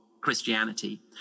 christianity